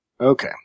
Okay